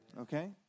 Okay